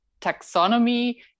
taxonomy